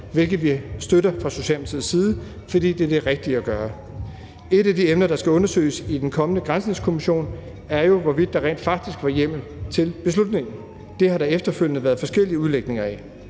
hvilket vi støtter fra Socialdemokratiets side, fordi det er det rigtige at gøre. Et af de emner, der skal undersøges i den kommende granskningskommission er jo, hvorvidt der rent faktisk var hjemmel til beslutningen. Det har der efterfølgende været forskellige udlægninger af.